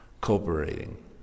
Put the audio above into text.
cooperating